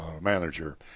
manager